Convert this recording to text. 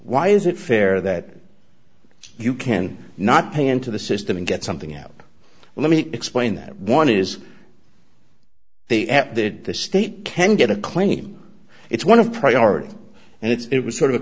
why is it fair that you can not pay into the system and get something out let me explain that one is the at that the state can get a claim it's one of priority and it's it was sort of